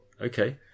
Okay